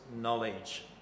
knowledge